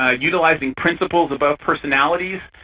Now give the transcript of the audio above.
ah utilizing principles above personalities.